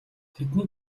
тэдний